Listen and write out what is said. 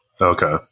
Okay